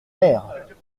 maires